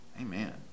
Amen